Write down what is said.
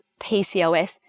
PCOS